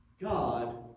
God